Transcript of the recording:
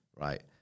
right